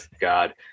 God